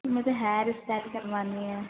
मुझे hair style करवानी है